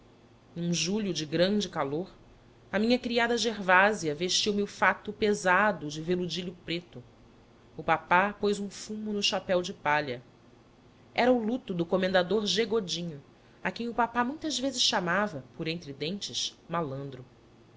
num julho de grande calor a minha criada gervasia vestiu me o fato pesado de veludilho preto o papá pôs um fumo no chapéu de palha era o luto do comendador g godinho a quem o papá muitas vezes chamava por entre dentes malandro